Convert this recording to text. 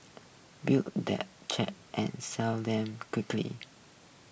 build them cheap and sell them quickly